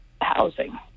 housing